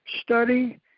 study